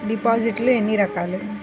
డిపాజిట్లు ఎన్ని రకాలు?